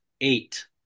eight